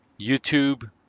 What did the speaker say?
YouTube